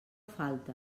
falta